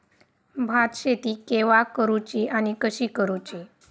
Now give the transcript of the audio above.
भात शेती केवा करूची आणि कशी करुची?